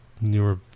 newer